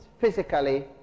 physically